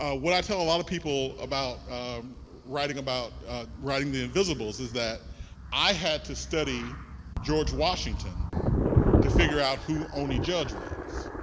ah what i tell a lot of people about writing about writing the invisibles is that i had to study george washington to figure out who oney judge was.